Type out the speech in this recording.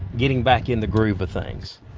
getting back in the groove of things.